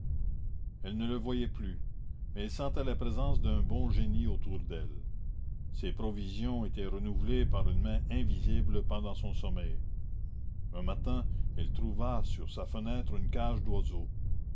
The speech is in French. elle ne le voyait plus mais elle sentait la présence d'un bon génie autour d'elle ses provisions étaient renouvelées par une main invisible pendant son sommeil un matin elle trouva sur sa fenêtre une cage d'oiseaux